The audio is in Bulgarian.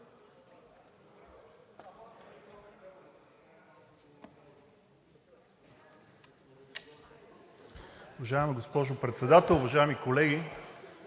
Уважаема госпожо Председател, уважаеми колеги!